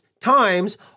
times